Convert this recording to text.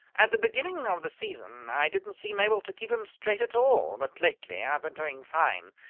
at the beginning of the season i didn't seem able to keep em straight at all, but lately i've been doing fine.